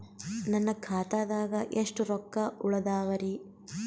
ನನ್ನ ಖಾತಾದಾಗ ಎಷ್ಟ ರೊಕ್ಕ ಉಳದಾವರಿ?